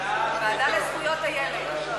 הוועדה לזכויות הילד.